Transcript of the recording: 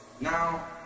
Now